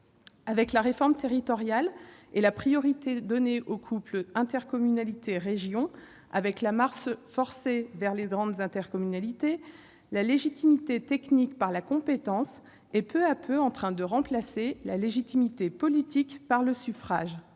qu'avec la réforme territoriale et la priorité donnée au couple intercommunalité-région, avec la marche forcée vers les grandes intercommunalités, la légitimité technique par la compétence est, peu à peu, en train de remplacer la légitimité politique par le suffrage.